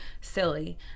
silly